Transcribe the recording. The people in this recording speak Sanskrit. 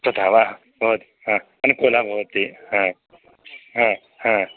तथा वा भवतु अनुकूलः भवति ह ह ह